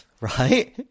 Right